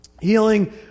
healing